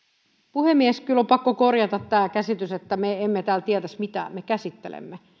puhemies kyllä on pakko korjata tämä käsitys että me emme täällä tietäisi mitä me käsittelemme